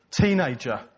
teenager